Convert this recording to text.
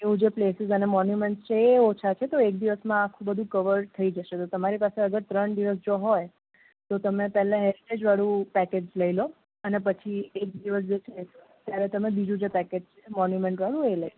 એનું જે પ્લેસિસ અને મોન્યુમેન્ટ છે એ ઓછા તો એક દિવસમાં આખું કવર થઈ જશે તો તમારી પાસે અગર ત્રણ દિવસ જો હોય તો તમે પહેલાં હેરિટેજવાળું પેકેજ લઈ લો અને પછી એક દિવસ જો છે ત્યારે તમે બીજું જે પેકેજ છે મોન્યુમેન્ટવાળું એ લઈ લો